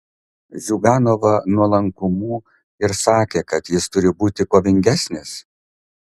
ziuganovą nuolankumu ir sakė kad jis turi būti kovingesnis